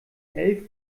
elf